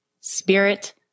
spirit